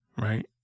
right